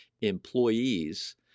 employees